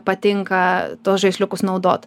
patinka tuos žaisliukus naudot